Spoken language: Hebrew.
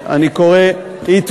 אני קורא, אני מקווה שאתה ישן טוב בלילה.